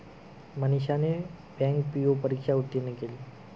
मनीषाने bank PO परीक्षा उत्तीर्ण केली